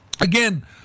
Again